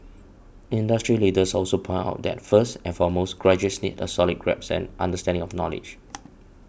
industry leaders also pointed out that first and foremost graduates need a solid grasp and understanding of knowledge